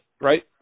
right